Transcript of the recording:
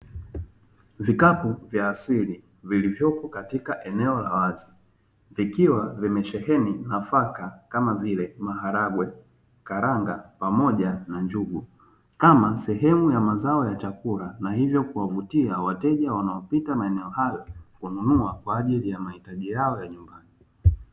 Vikapu vya asili vilivyopo katika eneo la wazi vikiwa vimesheheni nafaka kama vile Maharagwe, Karanga pamoja na njugu kama sehemu ya mazao ya chakula na hivyo kuwavutia wateja wanaopita maeneo hayo kununua kwa ajili ya mahitaji yao ya nyumban.